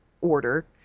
order